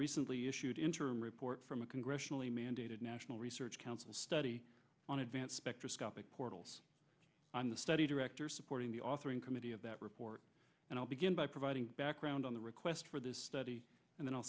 recently issued interim report from a congressionally mandated national research council study on advanced spectroscopic portals on the study director supporting the authors committee of that report and i'll begin by providing background on the request for this study and then i'll